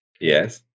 Yes